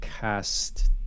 cast